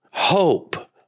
Hope